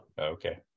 Okay